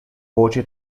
voce